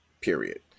period